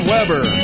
Weber